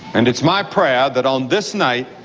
and it's my prayer that on this night